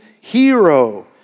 hero